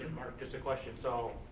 mark just a question, so,